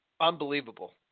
unbelievable